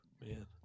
man